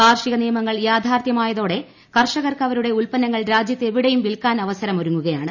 കാർഷിക നിയമങ്ങൾ യാഥാർഥ്യമായതോടെ ്രകർഷകർക്ക് അവരുടെ ഉൽപ്പന്ന ങ്ങൾ രാജ്യത്ത് എവിടെയും വിൽക്കാൻ അവസരമൊരുങ്ങുകയാണ്